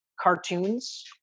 cartoons